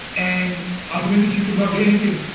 and ultimately she could not do anything,